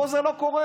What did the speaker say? פה זה לא קורה.